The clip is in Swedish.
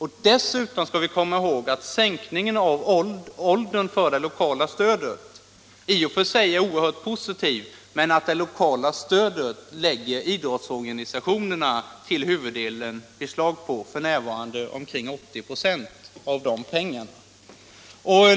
Även om ålderssänkningen i samband med det lokala stödet i och för sig är oerhört positiv, skall vi komma ihåg att det är idrottsorganisationerna som till huvuddelen lägger beslag på detta stöd — f.n. omkring 80 96 av dessa pengar.